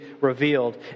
revealed